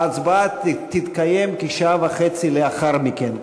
ההצבעה תתקיים כשעה וחצי לאחר מכן.